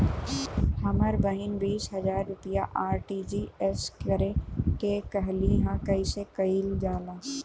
हमर बहिन बीस हजार रुपया आर.टी.जी.एस करे के कहली ह कईसे कईल जाला?